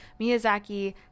Miyazaki